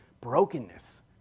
brokenness